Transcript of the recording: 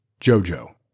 Jojo